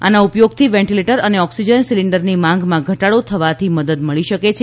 આના ઉપયોગથી વેન્ટીલેટર અને ઓકસીજન સીલીન્ડરની માંગમાં ઘટાડો થવાથી મદદ મળી શકે છે